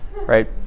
right